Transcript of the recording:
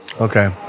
Okay